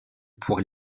pour